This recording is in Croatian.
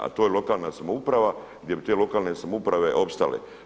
A to je lokalna samouprava gdje bi te lokalne samouprave opstale.